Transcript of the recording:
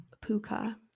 puka